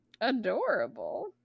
adorable